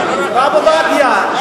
הרב עובדיה,